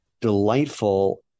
delightful